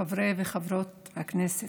חברי וחברות הכנסת,